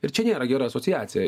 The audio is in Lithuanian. ir čia nėra gera asociacija